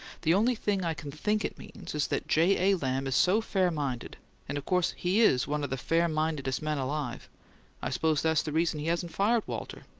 the only thing i can think it means is that j. a. lamb is so fair-minded and of course he is one of the fair-mindedest men alive i suppose that's the reason he hasn't fired walter.